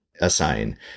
assign